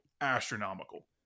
astronomical